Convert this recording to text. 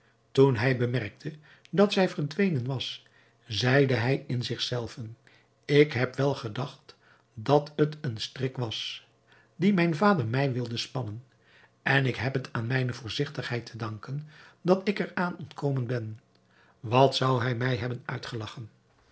toen hij bemerkte dat zij verdwenen was zeide hij in zich zelven ik heb wel gedacht dat het een strik was dien mijn vader mij wilde spannen en ik heb het aan mijne voorzigtigheid te danken dat ik er aan ontkomen ben wat zou hij mij hebben uitgelagchen